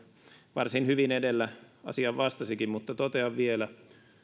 varsin hyvin edellä asiaan vastasikin mutta totean vielä